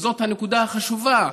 וזאת הנקודה החשובה,